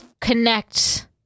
connect